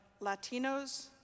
Latinos